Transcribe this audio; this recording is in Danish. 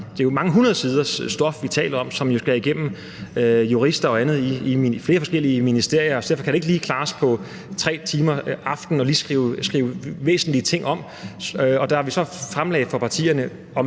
Det er mange hundrede siders stof, vi taler om, som jo skal igennem jurister og flere forskellige ministerier, så derfor kan det ikke lige klares på 3 timer en aften at skrive væsentlige ting om. Og da vi så fremlagde det spørgsmål for